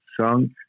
sunk